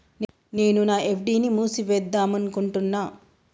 నేను నా ఎఫ్.డి ని మూసివేద్దాంనుకుంటున్న